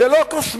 זה לא קוסמטיקה.